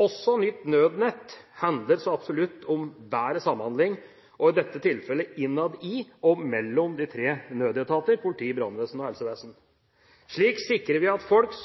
Også nytt nødnett handler så absolutt om bedre samhandling, og i dette tilfellet, innad i og mellom de tre nødetatene politi, brannvesen og helsevesen. Slik sikrer vi at folk,